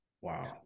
wow